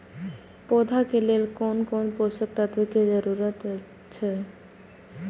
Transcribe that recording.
पौधा के लेल कोन कोन पोषक तत्व के जरूरत अइछ?